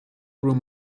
room